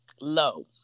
low